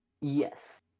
Yes